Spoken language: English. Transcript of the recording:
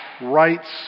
rights